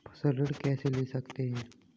फसल ऋण कैसे ले सकते हैं?